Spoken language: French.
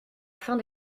fin